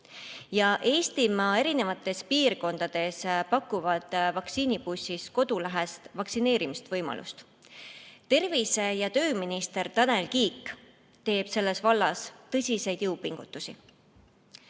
Eestimaa eri piirkondades pakuvad vaktsiinibussid kodulähedast vaktsineerimise võimalust. Tervise‑ ja tööminister Tanel Kiik teeb selles vallas tõsiseid jõupingutusi.